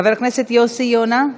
חבר הכנסת יוסי יונה,